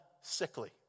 sickly